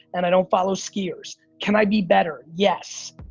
and i don't follow skiers. can i be better? yes.